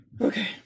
okay